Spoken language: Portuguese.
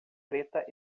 preta